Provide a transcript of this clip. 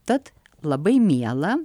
tad labai miela